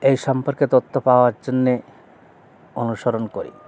এই সম্পর্কে তথ্য পাওয়ার জন্যে অনুসরণ করি